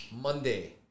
Monday